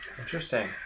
Interesting